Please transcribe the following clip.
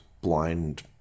blind